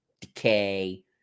decay